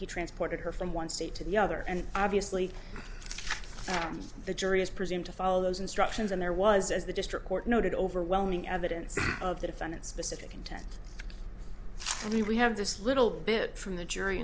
he transported her from one state to the other and obviously the jury is presumed to follow those instructions and there was as the district court noted overwhelming evidence of the defendant's specific intent and we have this little bit from the jury